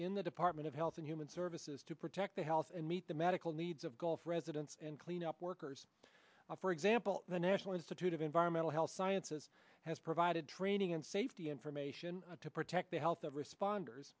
in the department of health and human services to protect the health and meet the medical needs of gulf residents and cleanup workers for example the national institute of environmental health sciences has provided training and safety information to protect the health of responders